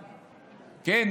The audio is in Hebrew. כן,